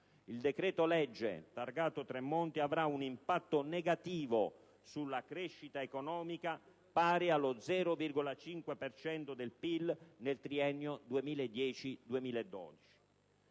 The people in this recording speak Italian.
Il decreto-legge targato Tremonti avrà un impatto negativo sulla crescita economica pari allo 0,5 per cento del PIL nel triennio 2010-2012.